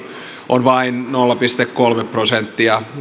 on vain nolla pilkku kolme prosenttia